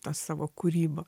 tą savo kūrybą